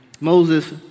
Moses